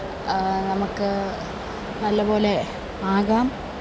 നമ്മൾക്ക് നല്ലപോലെ ആകാം